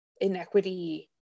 inequity